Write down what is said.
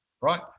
Right